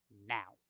now